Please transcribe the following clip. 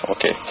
Okay